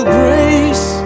grace